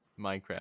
Minecraft